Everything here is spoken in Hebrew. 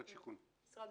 משרד השיכון.